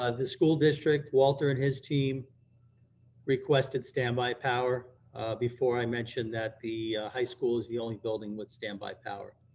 ah the school district, walter and his team requested standby power before i mentioned that the high school is the only building with standby power.